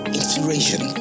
inspiration